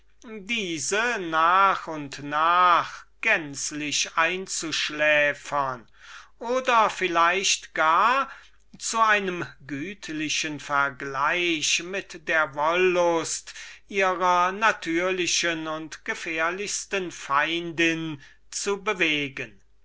andre nach und nach gänzlich einzuschläfern oder vielleicht gar zu einem gütlichen vergleich mit der wollust ihrer natürlichen und gefährlichsten feindin zu bewegen